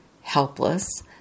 helpless